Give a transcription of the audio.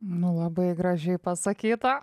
nu labai gražiai pasakyta